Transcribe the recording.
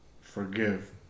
forgive